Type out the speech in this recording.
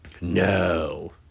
No